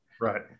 right